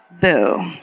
Boo